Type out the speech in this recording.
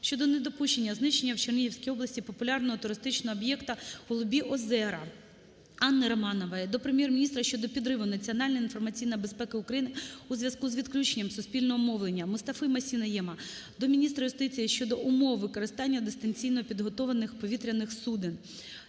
щодо недопущення знищення в Чернігівській області популярного туристичного об'єкта "Голубі озера". Анни Романової до Прем'єр-міністра щодо підриву національної інформаційної безпеки України у зв'язку з відключенням суспільного мовлення. Мустафи-Масі Найєма до міністра юстиції щодо умов використання дистанційно підготованих повітряних суден.